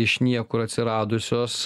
iš niekur atsiradusios